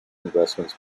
investments